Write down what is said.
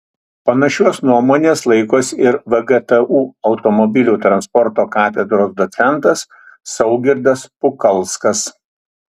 panašios nuomonės laikosi ir vgtu automobilių transporto katedros docentas saugirdas pukalskas